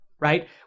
right